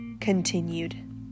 Continued